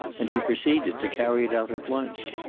and she proceeded to carry it out at once.